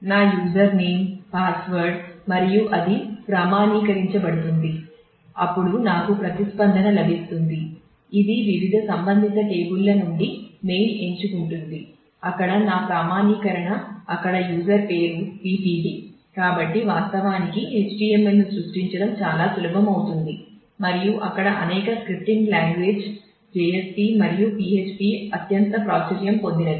నా user name JSP మరియు PHP అత్యంత ప్రాచుర్యం పొందినవి